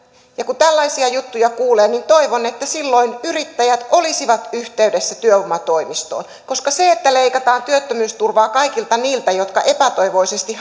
kun tällaisia juttuja kuulee niin toivon että silloin yrittäjät olisivat yhteydessä työvoimatoimistoon koska se että leikataan työttömyysturvaa kaikilta niiltä jotka epätoivoisesti